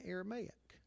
Aramaic